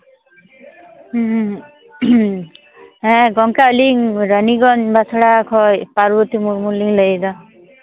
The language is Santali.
ᱦᱩᱸ ᱦᱮᱸ ᱜᱚᱝᱠᱮ ᱟᱹᱞᱤᱧ ᱨᱟᱱᱤᱜᱚᱧᱡᱽ ᱵᱟᱸᱥᱲᱟ ᱠᱷᱚᱱ ᱯᱟᱨᱵᱚᱛᱤ ᱢᱩᱨᱢᱩᱞᱤᱧ ᱞᱟᱹᱭᱫᱟ